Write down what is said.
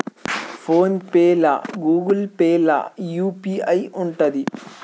Phone pay లా Google Pay లా UPI ఉంటదా?